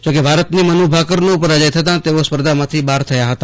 જો કે ભારતની મનુ ભાકરનો પરાજય થતાં તેઓ આ સ્પર્ધામાંથી બહાર થયા હતા